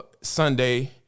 Sunday